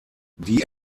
die